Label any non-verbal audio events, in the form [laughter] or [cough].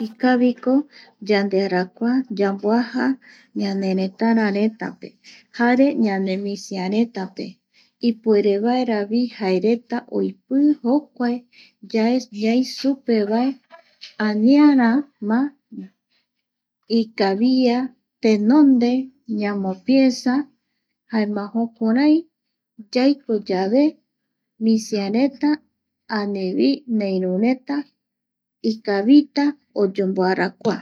Ikaviko yandearakua yamboaja ñaneretarar [noise] etape [noise] jare [noise] ñanemisiaretape ipuerevaera jaereta oipii [noise] jokuae yae [noise] ñai [noise] supe vae aniara [noise] ma ikavia [noise] tenonde [noise] ñamopiensa [noise] jaema jukurai [noise] yaiko yave, misiareta anivi neirureta [noise] ikavita oyomboarakua [noise]